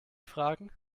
fragen